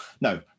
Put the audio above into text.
no